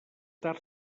tard